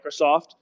Microsoft